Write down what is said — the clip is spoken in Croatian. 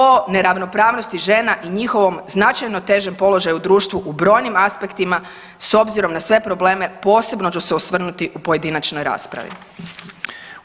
O neravnopravnosti žena i njihovom značajno težem položaju u društvu u brojnim aspektima s obzirom na sve probleme posebno ću se osvrnuti u pojedinačnoj raspravi.